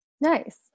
Nice